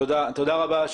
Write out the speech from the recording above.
תודה רבה.